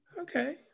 Okay